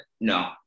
no